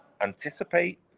anticipate